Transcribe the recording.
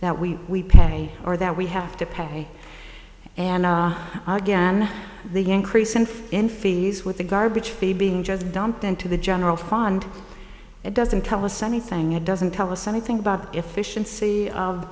that we pay or that we have to pay and again the increase and in fees with the garbage fee being just dumped into the general fund it doesn't tell us anything it doesn't tell us anything about the efficiency of